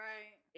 Right